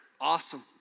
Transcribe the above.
Awesome